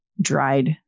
dried